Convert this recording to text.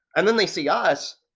and then they see us,